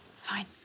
Fine